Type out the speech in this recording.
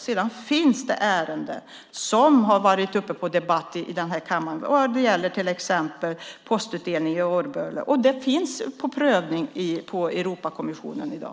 Det finns ärenden som har varit uppe till debatt i kammaren som till exempel postutdelningen i Årböle. Det finns till prövning i Europakommissionen i dag.